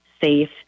safe